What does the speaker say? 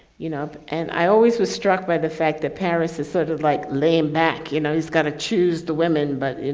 you know, and i always was struck by the fact that paris is sort of like laid back, you know, he's got to choose the women but you